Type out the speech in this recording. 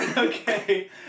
Okay